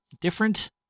different